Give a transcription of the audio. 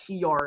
PR